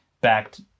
backed